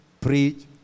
preach